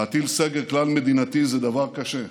להטיל סגר כלל-מדינתי זה דבר קשה,